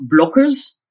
blockers